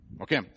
Okay